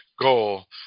goal